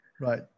Right